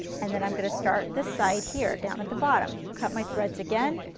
and then i'm going to start this side here, down at the bottom. cut my threads again,